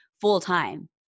full-time